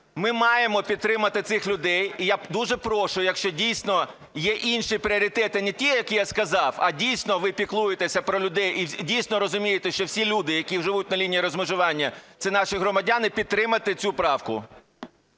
Ми маємо підтримати цих людей. І я дуже прошу, якщо дійсно є інші пріоритети, не ті які я сказав, а дійсно ви піклуєтеся про людей і дійсно розумієте, що всі люди, які живуть на лінії розмежування, це наші громадяни, підтримати цю правку.